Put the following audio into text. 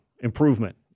improvement